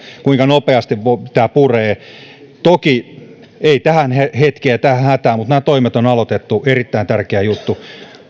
kuinka nopeasti tämä puree ei toki tähän hetkeen ja tähän hätään mutta nämä toimet on aloitettu erittäin tärkeä juttu